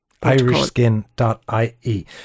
IrishSkin.ie